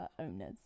owners